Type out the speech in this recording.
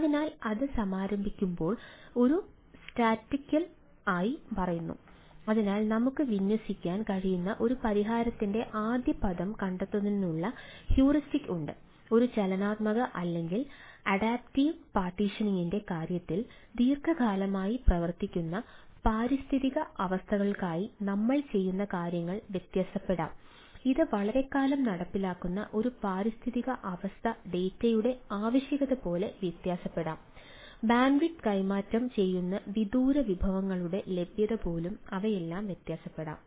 അതിനാൽ അത് സമാരംഭിക്കുമ്പോൾ അത് സ്റ്റാറ്റിക്കൽയുടെ ആവശ്യകത പോലെ വ്യത്യാസപ്പെടാം ബാൻഡ്വിഡ്ത്ത് കൈമാറ്റം ചെയ്യുന്ന വിദൂര വിഭവങ്ങളുടെ ലഭ്യത പോലും അവയെല്ലാം വ്യത്യാസപ്പെടാം